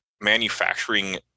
manufacturing